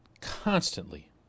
Constantly